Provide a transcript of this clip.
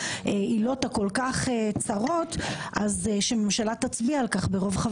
העילות הכול כך צרות אז שממשלה תצביע על כך ברוב חבריה.